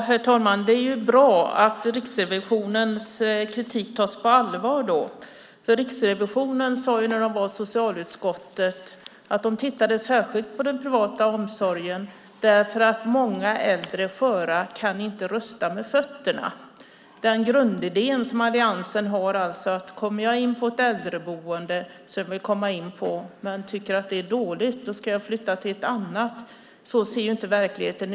Herr talman! Det är bra att Riksrevisionens kritik tas på allvar. Riksrevisionen sade när de var i socialutskottet att de tittade särskilt på den privata omsorgen därför att många äldre är sköra och inte kan rösta med fötterna. Den grundidé som alliansen har, alltså att om jag kommer in på ett äldreboende som jag vill komma in på men sedan tycker att det är dåligt ska jag flytta till ett annat, stämmer ju inte med verkligheten.